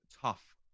tough